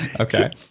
Okay